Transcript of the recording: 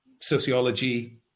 sociology